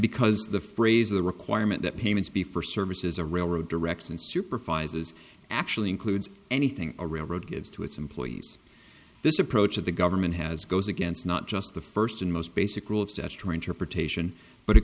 because the phrase the requirement that payments be for services a railroad directs and supervises actually includes anything a railroad gives to its employees this approach of the government has goes against not just the first and most basic rule